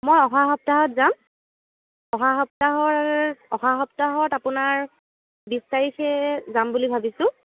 মই অহা সপ্তাহত যাম অহা সপ্তাহৰ অহা সপ্তাহত আপোনাৰ বিছ তাৰিখে যাম বুলি ভাবিছোঁ